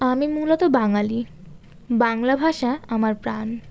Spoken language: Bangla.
আমি মূলত বাঙালি বাংলা ভাষা আমার প্রাণ